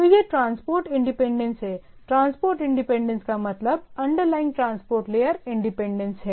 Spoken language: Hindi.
तो यह ट्रांसपोर्ट इंडिपेंडेंस है ट्रांसपोर्ट इंडिपेंडेंस का मतलब अंडरलाइनग ट्रांसपोर्ट लेयर इंडिपेंडेंस है